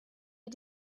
you